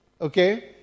Okay